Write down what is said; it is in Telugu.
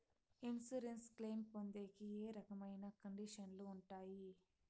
ఇన్సూరెన్సు క్లెయిమ్ పొందేకి ఏ రకమైన కండిషన్లు ఉంటాయి?